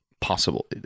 possible